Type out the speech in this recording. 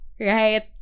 right